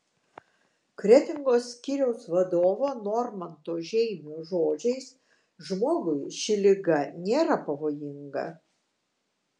kretingos skyriaus vadovo normanto žeimio žodžiais žmogui ši liga nėra pavojinga